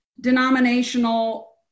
denominational